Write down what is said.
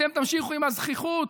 אתם תמשיכו עם הזחיחות.